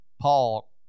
paul